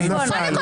נפל.